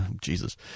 Jesus